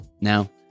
Now